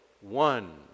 one